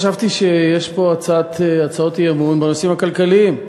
חשבתי שיש פה הצעות אי-אמון בנושאים הכלכליים,